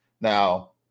Now